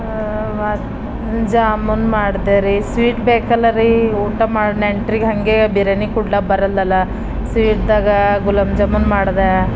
ಜಾಮೂನ್ ಮಾಡಿದೆ ರೀ ಸ್ವೀಟ್ ಬೇಕಲ್ಲ ರೀ ಊಟ ಮಾಡಿ ನೆಂಟ್ರಿಗೆ ಹಾಗೇ ಭಿರನೆ ಕುಡ್ಲ ಬರಲ್ಲಲ ಸಿ ಇದ್ದಾಗ ಗುಲಾಬ್ ಜಾಮೂನ್ ಮಾಡಿದೆ